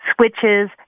switches